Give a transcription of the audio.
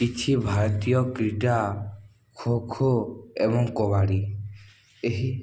କିଛି ଭାରତୀୟ କ୍ରୀଡ଼ା ଖୋଖୋ ଏବଂ କବାଡ଼ି ଏହି